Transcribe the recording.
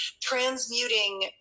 transmuting